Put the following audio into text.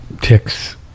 ticks